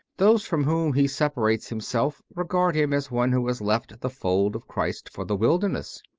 those from whom he separates himself regard him as one who has left the fold of christ for the wilderness.